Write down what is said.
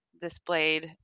displayed